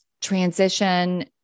transition